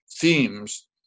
themes